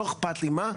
לא אכפת לי מה,